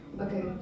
Okay